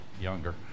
younger